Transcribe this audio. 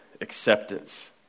acceptance